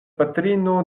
patrino